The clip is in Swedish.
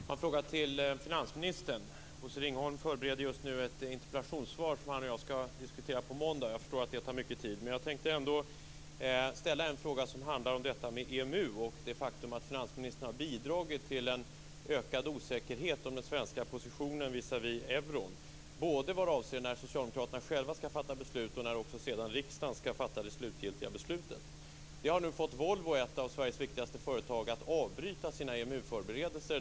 Fru talman! Jag har en fråga till finansministern. Bosse Ringholm förbereder just nu ett svar på en interpellation som han och jag skall diskutera på måndag. Jag förstår att det tar mycket tid men jag tänker ändå ställa en fråga som handlar om EMU och det faktum att finansministern har bidragit till en ökad osäkerhet om den svenska positionen visavi euron vad avser både när Socialdemokraterna själva skall fatta beslut och när riksdagen skall fatta det slutgiltiga beslutet. Det här har nu fått Volvo, ett av Sveriges viktigaste företag, att avbryta sina EMU-förberedelser.